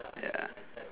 ya